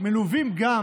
מלוויים גם,